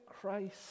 Christ